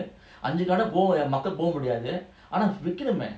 அஞ்சுகடைபோகமக்கள்போகமுடியாதுஆனாவிக்கணுமே:anju kada poga makkal poga mudiathu ana vikkanume